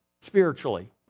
spiritually